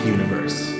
Universe